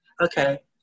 Okay